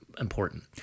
important